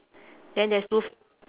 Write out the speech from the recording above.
then there's both